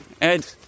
Ed